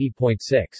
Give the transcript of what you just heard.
80.6